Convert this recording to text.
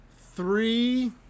Three